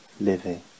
living